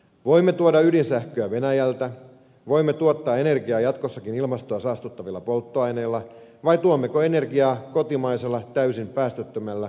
voimme tuoda ydinsähköä venäjältä voimme tuottaa energiaa jatkossakin ilmastoa saastuttavilla polttoaineilla vai tuotammeko energiaa kotimaisella täysin päästöttömällä ydinvoimalla